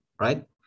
right